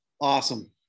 Awesome